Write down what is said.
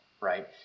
Right